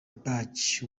badge